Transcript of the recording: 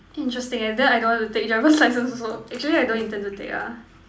interesting and then I don't want to take driver's license also actually I don't intend to take ah